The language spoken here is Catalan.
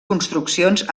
construccions